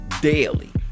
daily